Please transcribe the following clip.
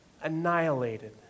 annihilated